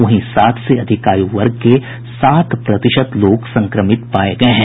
वहीं साठ से अधिक आयु वर्ग के सात प्रतिशत लोग संक्रमित पाये गये हैं